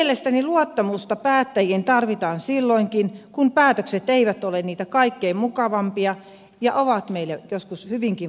mielestäni luottamusta päättäjiin tarvitaan silloinkin kun päätökset eivät ole niitä kaikkein mukavimpia ja ovat meille joskus hyvinkin vaikeita